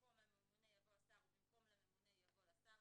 במקום "הממונה" יבוא "השר",